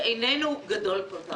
שאיננו גדול כל כך.